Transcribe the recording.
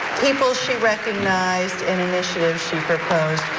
people she recognized and initiatives she proposed.